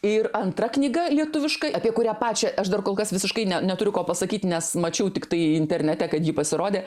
ir antra knyga lietuviškai apie kurią pačią aš dar kol kas visiškai ne neturiu ko pasakyti nes mačiau tiktai internete kad ji pasirodė